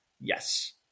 Yes